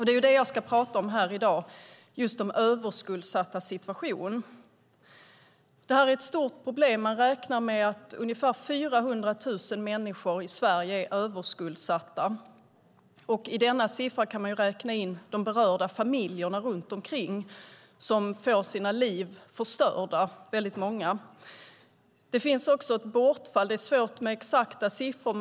Det är just om de överskuldsattas situation som jag ska prata om i dag. Det här är ett stort problem. Man räknar med att ungefär 400 000 människor i Sverige är överskuldsatta. När det gäller denna siffra kan man också räkna in de berörda familjerna runt omkring. Väldigt många får sina liv förstörda. Det finns också ett bortfall. Det är svårt med exakta siffror.